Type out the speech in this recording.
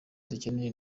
ukeneye